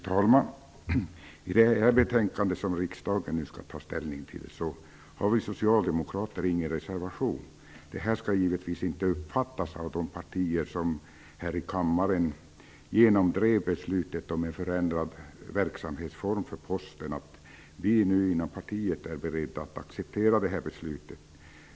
Fru talman! Till det betänkande som riksdagen nu skall ta ställning till har vi socialdemokrater ingen reservation. Det skall givetvis inte av de partier som här i kammaren genomdrev beslutet om en förändrad verksamhetsform för Posten uppfattas som att vi inom det Socialdemokratiska partiet nu är beredda att acceptera beslutet.